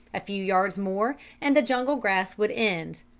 a few yards more and the jungle grass would end.